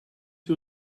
you